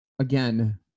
again